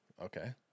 Okay